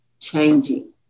changing